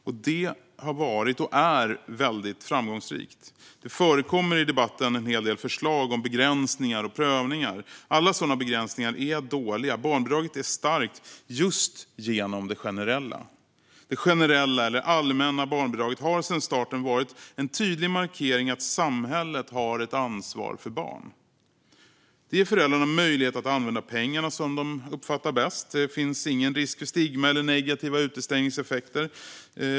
Och det har varit och är väldigt framgångsrikt. Det förekommer i debatten en hel del förslag om begränsningar och prövningar. Alla sådana begränsningar är dåliga. Barnbidraget är starkt just genom det generella. Det generella, eller allmänna, barnbidraget har sedan starten varit en tydlig markering att samhället har ett ansvar för barn. Det ger föräldrarna möjlighet att använda pengarna som de uppfattar det bäst. Det finns ingen risk för stigma eller negativa utestängningseffekter.